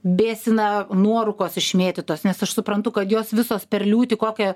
bėsina nuorūkos išmėtytos nes aš suprantu kad jos visos per liūtį kokią